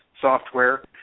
software